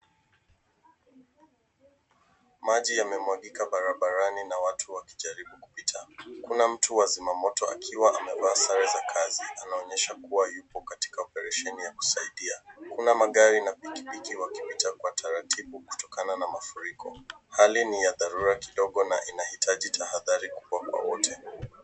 Maji yamemwagika barabarani na watu wakijaribu kupita. Kuna mtu wa zima moto akiwa amevaa sare za kazi, anaonyesha kuwa yupo katika operesheni ya kusaidia. Kuna magari na pikipiki wakipita kwa taratibu kutokana na mafuriko. Hali ni ya dharura kidogo na inahitaji tahadhari kubwa kwa wote.